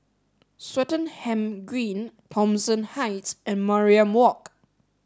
Swettenham Green Thomson Heights and Mariam Walk